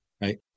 right